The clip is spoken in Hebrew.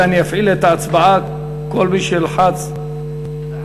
זה אני אפעיל את ההצבעה, כל מי שילחץ, בעד.